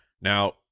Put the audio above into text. Now